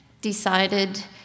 decided